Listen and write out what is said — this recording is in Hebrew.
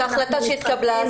זו החלטה שהתקבלה,